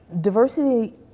Diversity